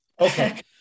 okay